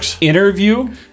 interview